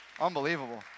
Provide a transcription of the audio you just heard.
Unbelievable